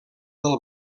del